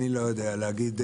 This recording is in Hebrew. לא יודע לומר.